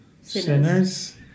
sinners